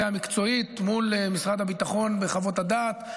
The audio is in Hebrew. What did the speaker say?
המקצועית מול משרד הביטחון וחוות הדעת.